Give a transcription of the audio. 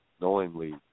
knowingly